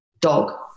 Dog